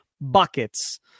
buckets